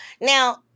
Now